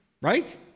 right